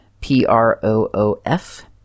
P-R-O-O-F